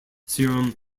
serum